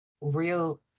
real